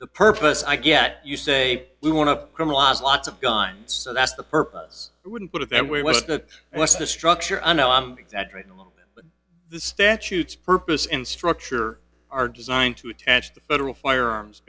the purpose i get you say you want to criminalize lots of guns so that's the purpose i wouldn't put it that way what's the what's the structure i know i'm exaggerating the statutes purpose in structure are designed to attach to federal firearms